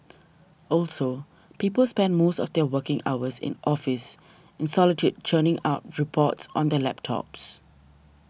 also people spend most of their working hours in office in solitude churning out reports on their laptops